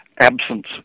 absence